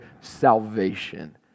salvation